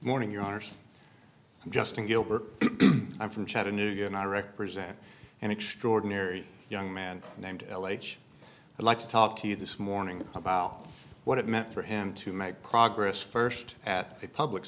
morning your art justin gilbert i'm from chattanooga and i represent an extraordinary young man named l h i'd like to talk to you this morning about what it meant for him to make progress first at a public